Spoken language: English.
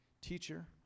Teacher